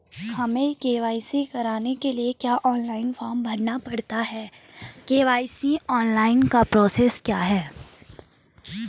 हमें के.वाई.सी कराने के लिए क्या ऑनलाइन फॉर्म भरना पड़ता है के.वाई.सी ऑनलाइन का प्रोसेस क्या है?